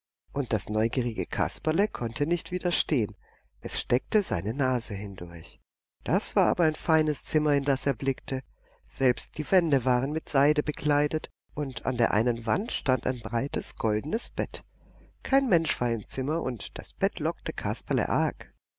und das neugierige kasperle konnte nicht widerstehen es steckte seine nase hindurch das war aber ein feines zimmer in das er blickte selbst die wände waren mit seide bekleidet und an der einen wand stand ein breites goldenes bett kein mensch war im zimmer und das bett lockte kasperle arg